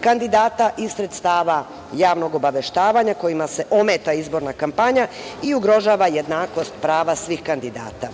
kandidata i sredstava javnog obaveštavanja kojima se ometa izborna kampanja i ugrožava jednakost prava svih kandidata.